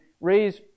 raise